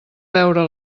veure